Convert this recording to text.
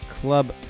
Club